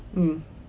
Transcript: mm